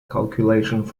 calculations